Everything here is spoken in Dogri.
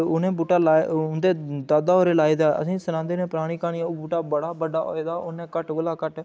उ'नें बूह्टा लाए दा उं'दे दादा होरें लाए दा असें गी सनांदे न परानी क्हानी ओह् बूह्टे बड़ा बड्डा होए दा उ'न्नै घट्ट कोला घट्ट